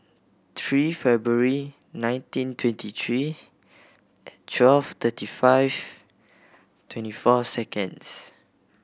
three February nineteen twenty three twelve thirty five twenty four seconds